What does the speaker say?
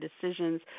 decisions